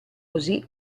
così